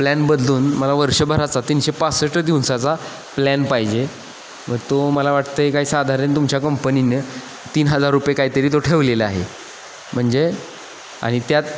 plan बदलून मला वर्षभराचा तीनशे पासष्ट दिवसाचा प्लॅन पाहिजे व तो मला वाटतं आहे काही साधारण तुमच्या कंपनीनं तीन हजार रुपये काही तरी तो ठेवलेला आहे म्हणजे आणि त्यात